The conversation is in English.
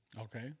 Okay